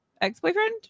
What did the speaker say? Ex-boyfriend